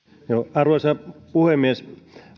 arvoisa puhemies